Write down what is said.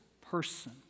person